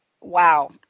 Wow